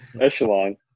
echelon